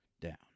down